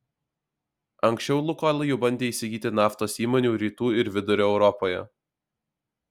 anksčiau lukoil jau bandė įsigyti naftos įmonių rytų ir vidurio europoje